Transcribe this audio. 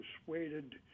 persuaded